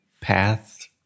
path